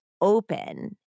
open